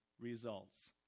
results